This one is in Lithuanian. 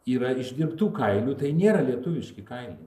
yra išdirbtų kailių tai nėra lietuviški kailiai